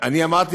אמרתי